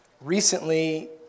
recently